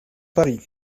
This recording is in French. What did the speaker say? paris